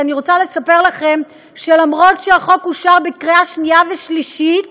אני רוצה לספר לכם שלמרות שהחוק אושר בקריאה שנייה ושלישית